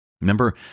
Remember